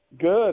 Good